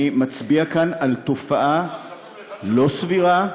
אני מצביע כאן על תופעה לא סבירה,